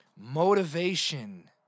Motivation